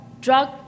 drug